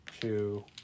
two